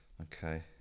Okay